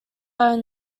are